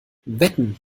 wetten